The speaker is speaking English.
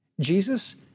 Jesus